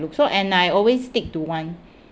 look and I always stick to one